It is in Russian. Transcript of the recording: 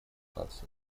наций